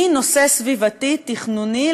היא נושא סביבתי תכנוני,